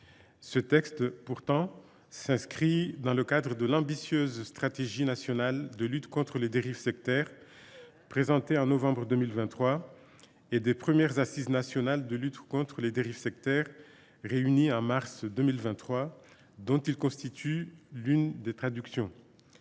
ce texte s’inscrit dans le cadre de l’ambitieuse stratégie nationale de lutte contre les dérives sectaires, présentée en novembre 2023, et des premières Assises nationales de lutte contre les dérives sectaires, réunies en mars 2023, dont il constitue l’une des traductions.